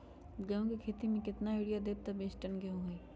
गेंहू क खेती म केतना यूरिया देब त बिस टन गेहूं होई?